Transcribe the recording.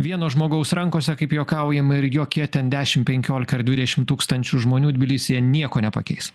vieno žmogaus rankose kaip juokaujama ir jokie ten dešim penkiolika ar dvidešim tūkstančių žmonių tbilisyje nieko nepakeis